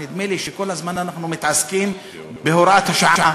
נדמה לי שכל הזמן אנחנו מתעסקים בהוראת השעה.